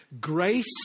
Grace